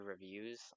reviews